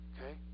Okay